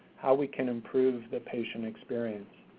how we can improve the patient experience,